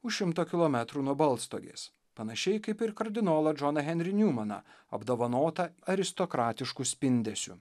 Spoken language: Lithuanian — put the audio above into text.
už šimto kilometrų nuo balstogės panašiai kaip ir kardinolo džoną henrį niumaną apdovanotą aristokratišku spindesiu